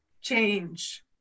change